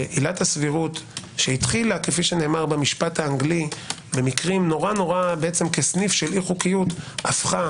שעילת הסבירות שהתחילה כפי שנאמר במשפט האנגלי כסניף של אי חוקיות הפכה